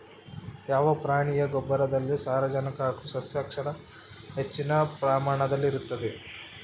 ಯಾವ ಪ್ರಾಣಿಯ ಗೊಬ್ಬರದಲ್ಲಿ ಸಾರಜನಕ ಹಾಗೂ ಸಸ್ಯಕ್ಷಾರ ಹೆಚ್ಚಿನ ಪ್ರಮಾಣದಲ್ಲಿರುತ್ತದೆ?